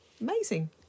Amazing